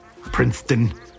Princeton